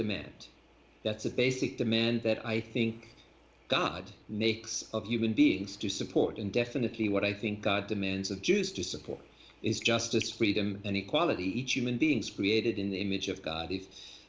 demand that's a basic demand that i think god makes of human beings to support and definitely what i think god demands of jews to support is justice freedom and equality each human being is created in the image of god